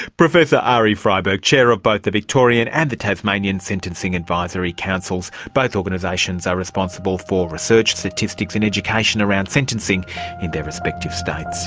professor arie freiberg, chair of both the victorian and the tasmanian sentencing advisory councils. both organisations are responsible for research, statistics and education around sentencing in their respective states